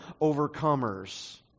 overcomers